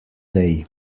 day